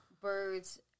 Birds